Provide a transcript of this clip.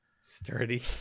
Sturdy